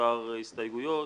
מספר הסתייגויות.